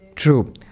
True